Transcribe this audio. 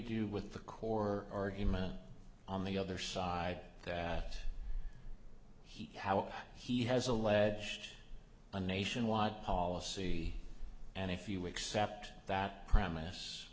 do with the core argument on the other side that he how he has alleged a nationwide policy and if you accept that promise